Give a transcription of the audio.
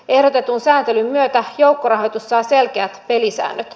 ehdotetun säätelyn myötä joukkorahoitus saa selkeät pelisäännöt